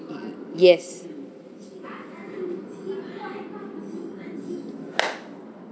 yes